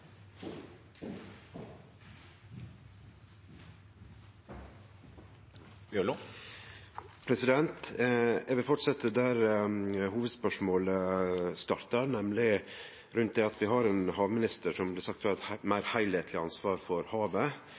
til oppfølgingsspørsmål. Eg vil fortsetje der hovudspørsmålet startar, nemlig rundt det at vi har ein havminister som det blir sagt har eit meir heilskapleg ansvar for havet,